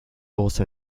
also